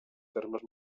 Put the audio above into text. termes